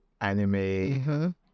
anime